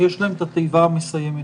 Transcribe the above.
יש את התיבה המסיימת: